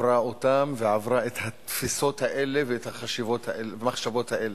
היא שאלה בעלת חשיבות עליונה בחברה מודרנית,